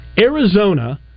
Arizona